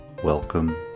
Welcome